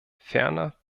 ferner